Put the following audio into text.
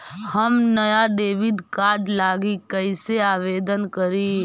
हम नया debit card लागी कईसे आवेदन करी?